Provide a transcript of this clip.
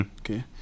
Okay